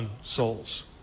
souls